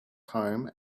home